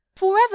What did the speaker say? forever